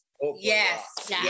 yes